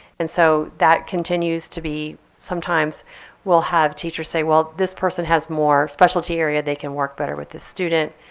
and so that continues to be, sometimes we'll have teachers say, well, this person has more specialty area. they can work better with the student.